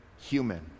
human